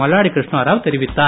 மல்லாடி கிருஷ்ணராவ் தெரிவித்தார்